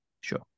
Sure